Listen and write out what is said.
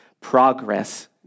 progress